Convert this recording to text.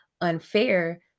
unfair